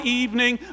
evening